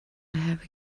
have